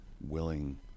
willing